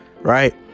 right